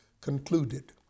concluded